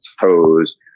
toes